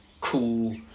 cool